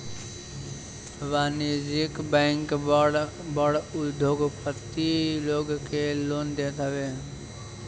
वाणिज्यिक बैंक बड़ बड़ उद्योगपति लोग के ऋण देत हवे